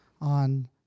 on